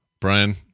Brian